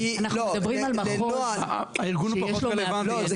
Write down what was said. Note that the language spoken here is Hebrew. אנחנו מדברים על משהו שלא מופיע.